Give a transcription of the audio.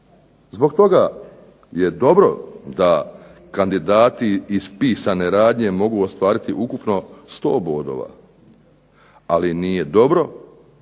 Zbog toga je dobro da kandidati iz pisane radnje mogu ostvariti ukupno 100 bodova, ali nije dobro